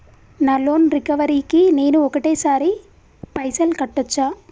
నా loan recovery కి నేను ఒకటేసరి పైసల్ కట్టొచ్చా?